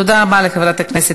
הצעת החוק